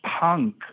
punk